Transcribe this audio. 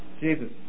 Jesus